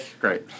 Great